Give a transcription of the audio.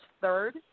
third